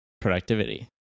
productivity